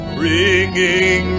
bringing